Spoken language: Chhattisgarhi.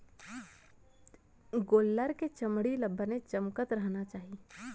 गोल्लर के चमड़ी ल बने चमकत रहना चाही